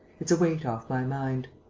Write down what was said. it's a weight off my mind.